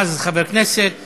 חבר הכנסת ממ"ז,